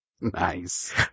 Nice